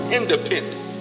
independent